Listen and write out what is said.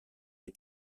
les